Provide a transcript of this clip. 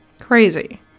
crazy